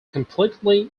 completely